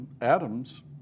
atoms